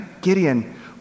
Gideon